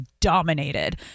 dominated